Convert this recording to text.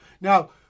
Now